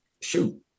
shoot